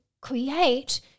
create